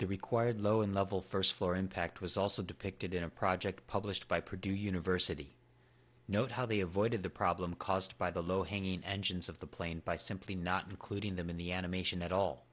the required low and level first floor impact was also depicted in a project published by produce university note how they avoided the problem caused by the low hanging engines of the plane by simply not including them in the animation at all